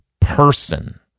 person